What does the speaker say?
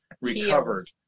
recovered